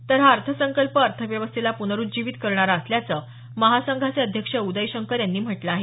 तर हा अर्थसंकल्प अर्थव्यवस्थेला पुनरुज्जीवित करणारा असल्याचं महासंघाचे अध्यक्ष उद्यशंकर यांनी म्हटलं आहे